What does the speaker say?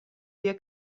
wir